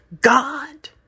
God